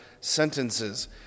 sentences